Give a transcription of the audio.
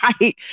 right